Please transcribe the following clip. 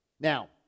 Now